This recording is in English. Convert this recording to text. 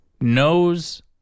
knows